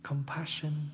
Compassion